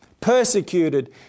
persecuted